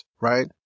right